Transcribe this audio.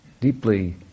deeply